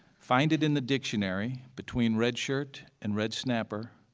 find it in the dictionary between red shirt and red snapper,